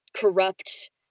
corrupt